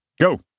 go